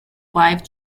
wife